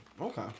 okay